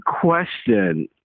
question